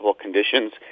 conditions